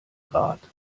grat